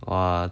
!wah!